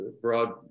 broad